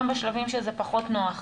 גם בשלבים שזה פחות נוח,